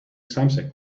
something